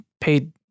paid